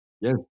Yes